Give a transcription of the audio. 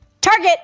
Target